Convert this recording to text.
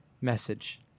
message